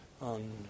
on